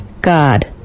God